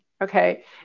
Okay